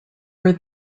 were